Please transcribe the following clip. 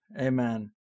Amen